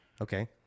Okay